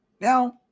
Now